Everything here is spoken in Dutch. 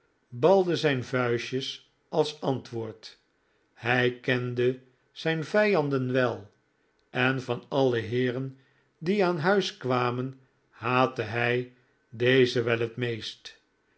balde zijn vuistjes als antwoord hij kende zijn vijanden wel en van alle heeren die aan huis kwamen haatte hij dezen wel het meest